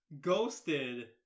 ghosted